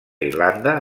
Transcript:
irlanda